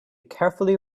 carefully